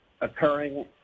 occurring